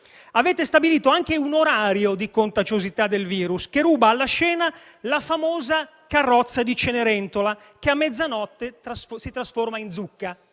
avete stabilito anche un orario di contagiosità del virus che ruba la scena alla famosa carrozza di Cenerentola, che a mezzanotte si trasforma in zucca: